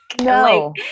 No